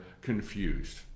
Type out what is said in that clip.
confused